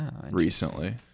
Recently